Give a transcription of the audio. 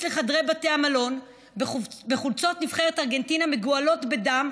לחדרי בתי המלון בחולצות נבחרת ארגנטינה מגואלות בדם,